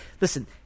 Listen